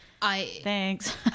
thanks